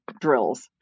drills